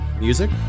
music